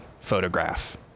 photograph